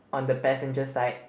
on the passenger side